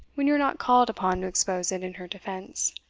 when you are not called upon to expose it in her defence,